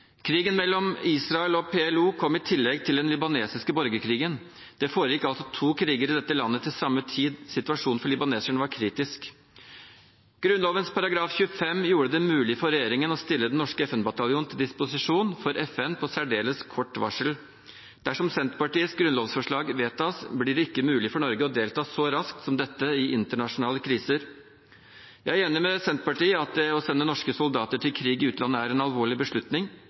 Krigen mellom Israel og PLO kom i tillegg til den libanesiske borgerkrigen. Det foregikk altså to kriger i dette landet på samme tid. Situasjonen for libaneserne var kritisk. Grunnloven § 25 gjorde det mulig for regjeringen å stille den norske FN-bataljonen til disposisjon for FN på særdeles kort varsel. Dersom Senterpartiets grunnlovsforslag vedtas, blir det ikke mulig for Norge å delta så raskt som dette i internasjonale kriser. Jeg er enig med Senterpartiet i at det å sende norske soldater til krig i utlandet er en alvorlig beslutning.